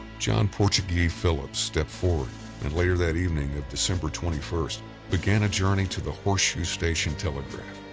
john portugee phillips stepped forward and later that evening of december twenty first, began a journey to the horseshoe station telegraph,